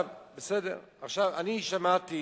שמעתי,